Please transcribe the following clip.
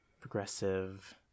progressive